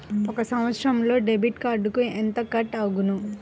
ఒక సంవత్సరంలో డెబిట్ కార్డుకు ఎంత కట్ అగును?